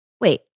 wait